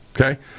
Okay